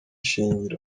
ishingiro